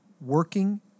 working